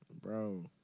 Bro